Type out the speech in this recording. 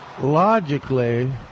Logically